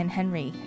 Henry